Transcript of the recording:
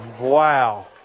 wow